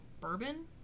bourbon